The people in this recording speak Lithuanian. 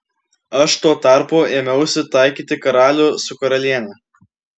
aš tuo tarpu ėmiausi taikyti karalių su karaliene